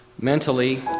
mentally